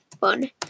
fun